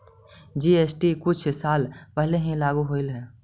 GST कुछ साल पहले ही लागू होलई हे